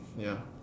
ya